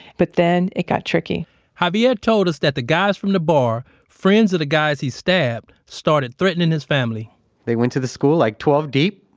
but then, it got tricky javier told us that the guys from the bar, friends of the guys he stabbed, started threatening his family they went to the school like twelve deep.